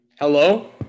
Hello